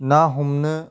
ना हमनो